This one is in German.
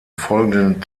folgenden